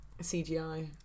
CGI